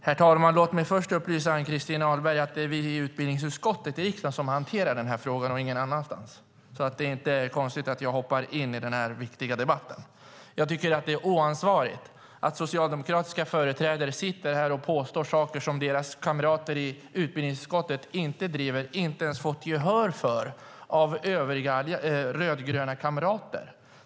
Herr talman! Låt mig först upplysa Ann-Christin Ahlberg om att det är utbildningsutskottet i riksdagen som hanterar frågan. Det är inte konstigt att jag hoppar in i den här viktiga debatten. Det är oansvarigt att socialdemokratiska företrädare påstår saker som deras kamrater i utbildningsutskottet inte driver och inte ens fått gehör för av övriga rödgröna kamrater.